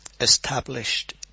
established